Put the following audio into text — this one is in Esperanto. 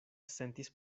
sentis